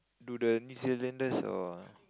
do the New-Zealanders or